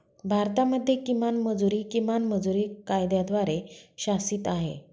भारतामध्ये किमान मजुरी, किमान मजुरी कायद्याद्वारे शासित आहे